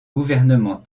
gouvernement